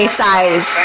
size